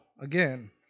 again